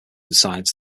decides